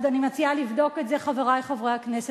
אז אני מציעה לבדוק את זה, חברי חברי הכנסת.